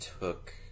took